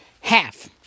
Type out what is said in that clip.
half